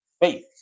faith